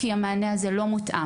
כי המענה הזה לא מותאם.